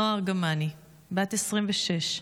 נועה ארגמני, בת 26,